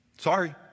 Sorry